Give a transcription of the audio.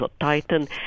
Titan